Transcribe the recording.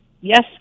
Yes